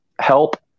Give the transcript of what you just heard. help